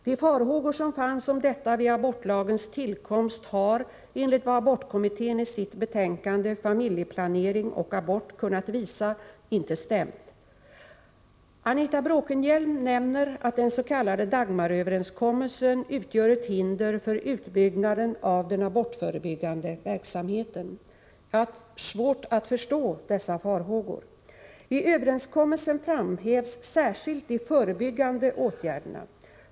De farhågor som fanns om detta vid abortlagens tillkomst har, enligt vad abortkommittén i sitt betänkande Familjeplane ring och abort kunnat visa, inte stämt. Anita Bråkenhielm nämner att den s.k. Dagmaröverenskommelsen utgör ett hinder för utbyggnaden av den abortförebyggande verksamheten. Jag har svårt att förstå dessa farhågor. I överenskommelsen framhävs särskilt de förebyggande åtgärderna.